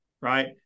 right